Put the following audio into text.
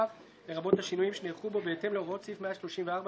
כולי תקווה שהציבור הפעם יעניש את האשמים במערכה השלישית והמיותרת.